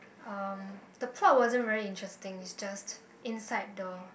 uh the plot wasn't very interesting is just inside the